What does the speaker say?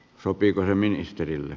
ei sovi